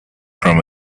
from